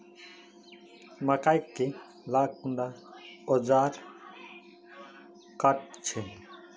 मकई के ला कुंडा ओजार काट छै?